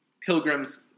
pilgrims